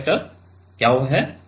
gauge factor क्या है